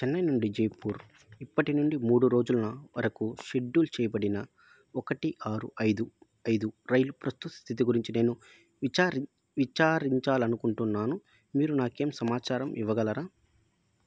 చెన్నై నుండి జైపూర్ ఇప్పటి నుండి మూడు రోజుల వరకు షెడ్యూల్ చేయబడిన ఒకటి ఆరు ఐదు ఐదు రైలు ప్రస్తుత స్థితి గురించి నేను విచారిం విచారించాలి అనుకుంటున్నాను మీరు నాకు ఏమి సమాచారం ఇవ్వగలరా